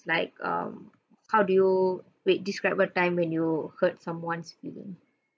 like um how do you wait describe a time when you hurt someone's feeling